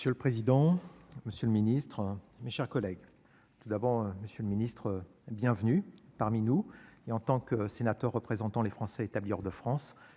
Monsieur le président, Monsieur le Ministre, mes chers collègues, tout d'abord, Monsieur le Ministre, bienvenue parmi nous et en tant que sénateur représentant les Français établis hors de France,